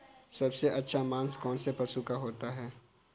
सबसे अच्छा मांस कौनसे पशु का होता है?